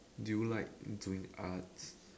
do you like doing arts